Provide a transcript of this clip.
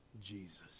Jesus